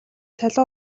цалин